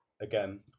again